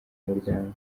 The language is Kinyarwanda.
muryango